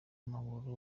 w’amaguru